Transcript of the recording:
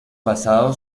pasado